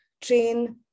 train